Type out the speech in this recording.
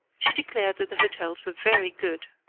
she declared that the hotels were very good,